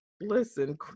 Listen